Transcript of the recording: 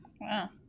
Wow